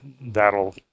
that'll